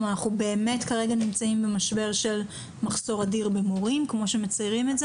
באמת אנחנו כרגע נמצאים במשבר של מחסור אדיר במורים כפי שמציירים?